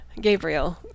Gabriel